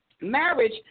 Marriage